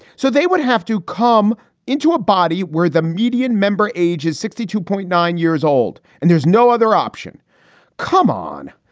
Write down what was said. so they wouldn't have to come into a body where the median member age is sixty two point nine years old and there's no other um come on.